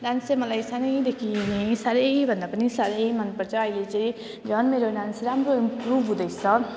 dance चाहिँ मलाई सानैदेखि नै साह्रैभन्दा पनि साह्रै मनपर्छ अहिले चाहिँ राम्रो गर्न भनेपछि राम्रो इम्प्रुभ हुँदैछ